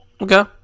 Okay